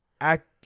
act